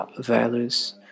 values